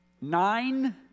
nine